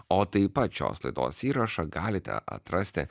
o taip pat šios laidos įrašą galite atrasti